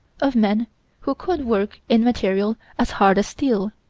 of men who could work in material as hard as steel.